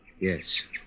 Yes